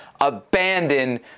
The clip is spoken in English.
abandon